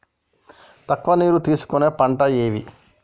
తక్కువ నీరు తీసుకునే పంటలు ఏవి?